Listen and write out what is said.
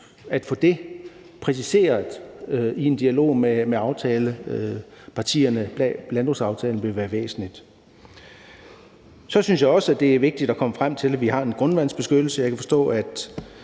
at få det præciseret i en dialog med aftalepartierne bag landbrugsaftalen. Så synes jeg også, at det er vigtigt at komme frem til, at vi har en grundvandsbeskyttelse, og jeg kan forstå, at